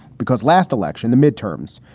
because last election, the midterms,